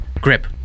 Grip